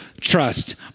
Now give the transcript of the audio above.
Trust